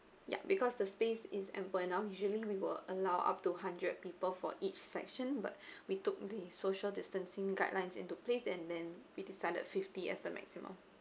ya because the space is ample now usually we will allow up to hundred people for each section but we took the social distancing guidelines into place and then we decided fifty as a maximum